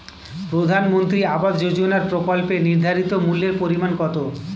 প্রধানমন্ত্রী আবাস যোজনার প্রকল্পের নির্ধারিত মূল্যে পরিমাণ কত?